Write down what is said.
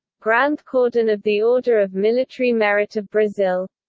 grand cordon of the order of military merit of brazil